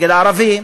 נגד ערבים,